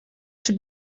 czy